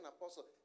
apostle